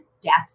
deaths